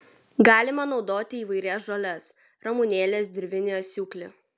galima naudoti įvairias žoles ramunėles dirvinį asiūklį